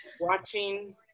watching